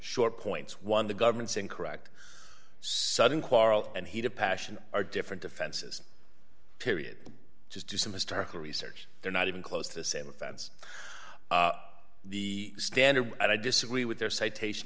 short points one the government's incorrect sudden quarrel and heat of passion are different offenses period just do some historical research they're not even close to the same offense the standard and i disagree with their citation